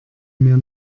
mir